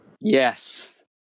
Yes